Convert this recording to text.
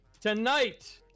Tonight